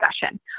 discussion